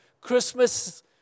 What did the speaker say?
Christmas